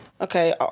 Okay